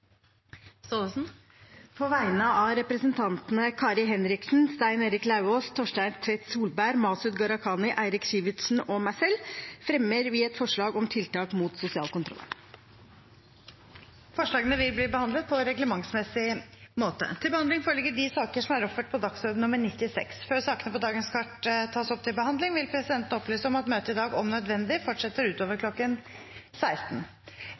På vegne av representantene Kari Henriksen, Stein Erik Lauvås, Torstein Tvedt Solberg, Masud Gharahkhani, Eirik Sivertsen og meg selv fremmer jeg et forslag om tiltak mot sosial kontroll. Forslagene vil bli behandlet på reglementsmessig måte. Før sakene på dagens kart tas opp til behandling, vil presidenten opplyse om at møtet i dag om nødvendig fortsetter utover kl. 16.